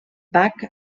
bach